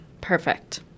Perfect